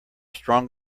strong